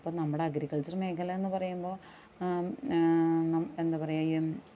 അപ്പം നമ്മടെ അഗ്രിക്കള്ച്ചര് മേഖല എന്ന് പറയുമ്പോൾ നം എന്താ പറയും